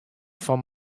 fan